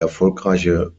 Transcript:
erfolgreiche